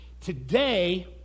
Today